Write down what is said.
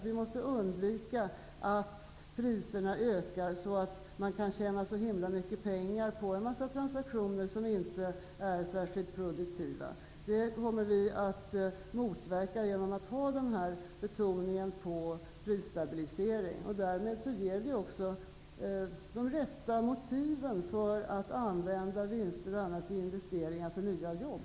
Vi måste undvika att priserna ökar så att man kan tjäna massor av pengar på transaktioner som inte är särskilt produktiva. Det kommer vi att motverka genom att ha den här betoningen på prisstabilisering. Därmed ger vi också de rätta motiven för att använda vinster och annat på investeringar för nya jobb.